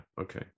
Okay